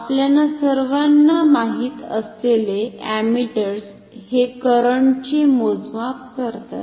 आपल्या सर्वांना माहित असलेले अमीटर्स हे करंटचे मोजमाप करतात